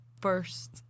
first